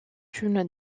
une